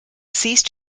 cease